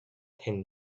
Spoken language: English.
tin